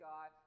God